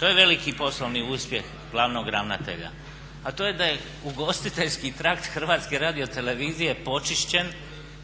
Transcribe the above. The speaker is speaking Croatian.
to je veliki poslovni uspjeh glavnog ravnatelja a to je da je ugostiteljski trakt Hrvatske radiotelevizije počišćen